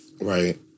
Right